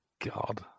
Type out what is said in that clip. God